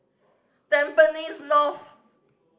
Tampines North